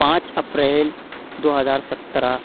پانچ اپریل دو ہزار سترہ